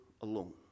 alone